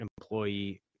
employee